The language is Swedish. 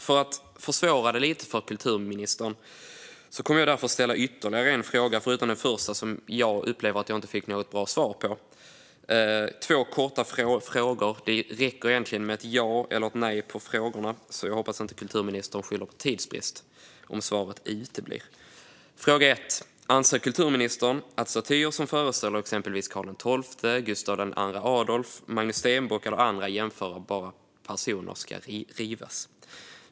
För att försvåra lite för kulturministern kommer jag därför att ställa ytterligare en fråga, förutom den första som jag upplever att jag inte fick något bra svar på. Det är två korta frågor. Det räcker med ett ja eller nej, så jag hoppas att kulturministern inte skyller på tidsbrist om svaret uteblir. Fråga ett: Anser kulturministern att statyer som föreställer exempelvis Karl XII, Gustav II Adolf, Magnus Stenbock eller andra jämförbara personer ska rivas?